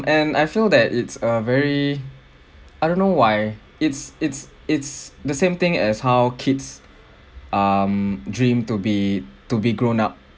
and I feel that it's a very I don't know why it's it's it's the same thing as how kids um dream to be to be grown up